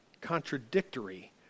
contradictory